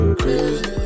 crazy